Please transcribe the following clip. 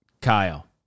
Kyle